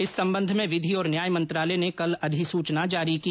इस संबंध में विधि और न्याय मंत्रालय ने कल अधिसूचना जारी की